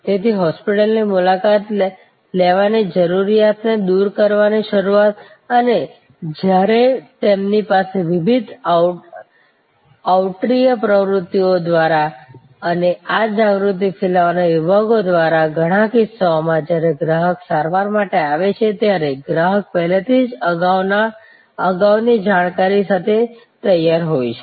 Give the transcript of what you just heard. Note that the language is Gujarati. તેથી હૉસ્પિટલની મુલાકાત લેવાની જરૂરિયાતને દૂર કરવાની શરૂઆત અને જ્યારે તેમની પાસે વિવિધ આઉટરીચ પ્રવૃત્તિઓ દ્વારા અને આ જાગૃતિ ફેલાવતા વિભાગો દ્વારા ઘણા કિસ્સાઓમાં જ્યારે ગ્રાહક સારવાર માટે આવે છે ત્યારે ગ્રાહક પહેલાથી જ અગાઉની જાણકારી સાથે તૈયાર હોય છે